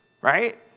right